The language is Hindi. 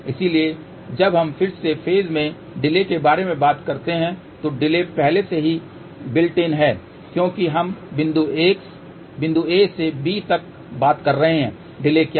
इसलिए जब हम फिर से फेज में डिले के बारे में बात करते हैं तो डिले पहले से ही बिल्ट इन है क्योंकि हम बिंदु a से b तक बात कर रहे हैं डिले क्या है